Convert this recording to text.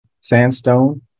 sandstone